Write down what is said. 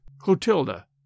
Clotilda